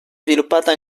sviluppata